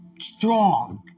strong